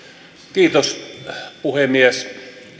kiitos puhemies